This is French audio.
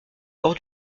bord